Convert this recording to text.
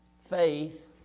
Faith